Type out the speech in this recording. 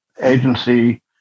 agency